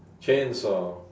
chainsaw